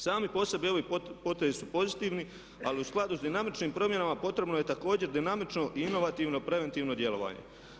Sami po sebi ovi potezi su pozitivni ali u skladu s dinamičnim promjenama potrebno je također dinamično i inovativno preventivno djelovanje.